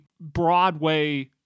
Broadway